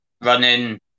running